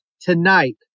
Tonight